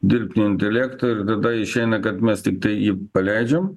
dirbtinio intelekto ir tada išeina kad mes tiktai jį paleidžiam